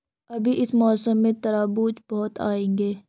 अभी इस मौसम में तरबूज बहुत आएंगे